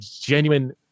genuine